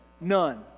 None